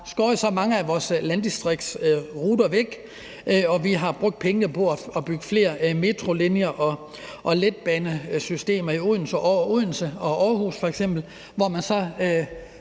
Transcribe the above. skåret så mange af vores landdistriktsruter væk, og at man har brugt pengene på at bygge flere metrolinjer og letbanesystemer i f.eks. Odense og Aarhus. Man